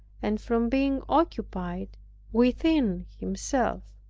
and from being occupied within himself.